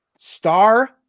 Star